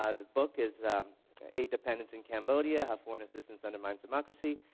ah the book is aid dependence in cambodia how foreign assistance undermines democracy,